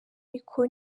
ariko